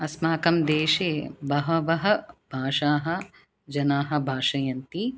अस्माकं देशे बहवः भाषाः जनाः भाषयन्ति